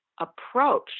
approach